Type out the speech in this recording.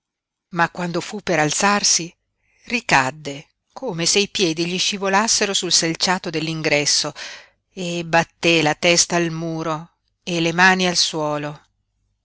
ma quando fu per alzarsi ricadde come se i piedi gli scivolassero sul selciato dell'ingresso e batté la testa al muro e le mani al suolo